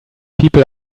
people